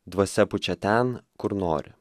dvasia pučia ten kur nori